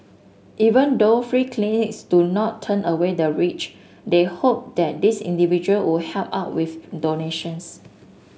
even though free clinics do not turn away the rich they hope that these individual would help out with donations